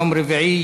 יום רביעי,